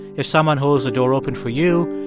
if someone holds a door open for you,